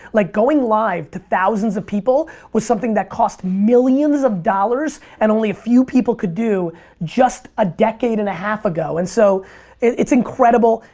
like going live to thousands of people was something that cost millions of dollars and only a few people could do just a decade and a half ago and so it's incredible,